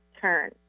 turn